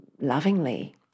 lovingly